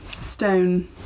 stone